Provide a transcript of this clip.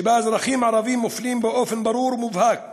שבה אזרחים ערבים מופלים באופן ברור ומובהק